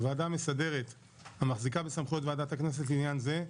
הוועדה המסדרת המחזיקה בסמכויות ועדת הכנסת לעניין זה,